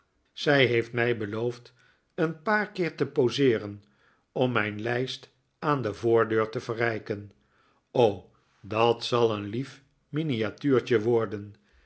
zij heeft mij beloofd een paar keer te poseeren om mijn lijst aan de voordeur te verrijken o dat zal een lief miniatuurtje worden